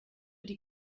die